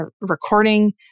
recording